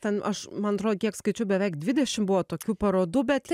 ten aš man atrodo kiek skaičiau beveik dvidešim buvo tokių parodų bet